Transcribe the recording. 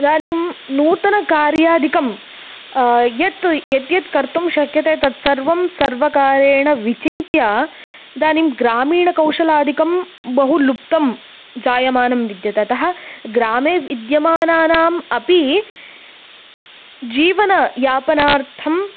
इदानीं नूतनकार्यादिकं यत् यद्यत् कर्तुं शक्यते तत्सर्वं सर्वकारेण विचिन्त्य इदानीं ग्रामीणकौशलादिकं बहु लुप्तं जायमानं विद्यते अतः ग्रामे विद्यमानानाम् अपि जीवनयापनार्थं